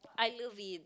I love it